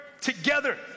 together